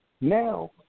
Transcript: Now